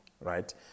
right